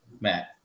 Matt